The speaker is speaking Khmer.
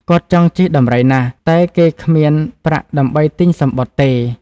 គាត់ចង់ជិះដំរីណាស់ តែគេគ្មានប្រាក់ដើម្បីទិញសំបុត្រទេ ។